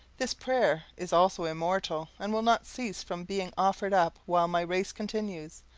this prayer is also immortal, and will not cease from being offered up while my race continues.